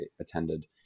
attended